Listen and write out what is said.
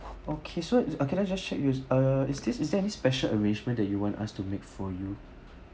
okay so uh can I just check is uh is this is there any special arrangement that you want us to make for you